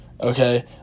okay